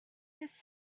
this